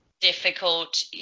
difficult